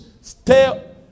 stay